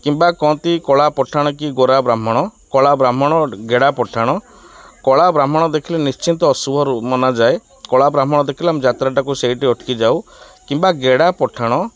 କିମ୍ବା କହନ୍ତି କଳା ପଠାଣ କି ଗୋରା ବ୍ରାହ୍ମଣ କଳା ବ୍ରାହ୍ମଣ ଗେଡ଼ା ପଠାଣ କଳା ବ୍ରାହ୍ମଣ ଦେଖିଲେ ନିଶ୍ଚିନ୍ତ ଅଶୁଭ ରୁ ମନା ଯାଏ କଳା ବ୍ରାହ୍ମଣ ଦେଖିଲେ ଆମେ ଯାତ୍ରାଟାକୁ ସେଇଠି ଅଟକି ଯାଉ କିମ୍ବା ଗେଡ଼ା ପଠାଣ